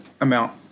amount